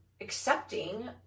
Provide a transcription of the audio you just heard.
accepting